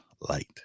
Light